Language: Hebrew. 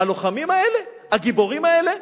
הלוחמים האלה, הגיבורים האלה?